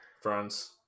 France